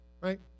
Right